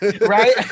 Right